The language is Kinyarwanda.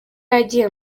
agiye